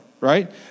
Right